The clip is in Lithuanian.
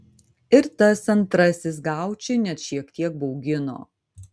ir tas antrasis gaučį net šiek tiek baugino